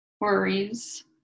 worries